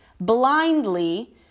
blindly